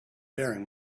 faring